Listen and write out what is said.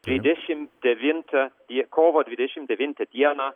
dvidešim devintą į kovo dvidešim devintą dieną